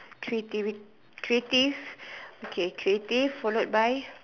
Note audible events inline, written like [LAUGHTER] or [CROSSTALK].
creativity creative [BREATH] okay creative followed by